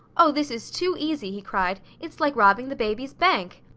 oh this is too easy! he cried. it's like robbing the baby's bank!